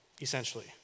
essentially